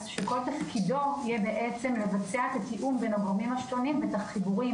שכל תפקידו יהיה לבצע את התיאום בין הגורמים השונים ואת החיבורים